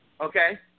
okay